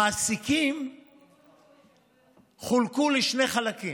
המעסיקים חולקו לשני חלקים: